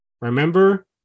Remember